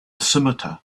scimitar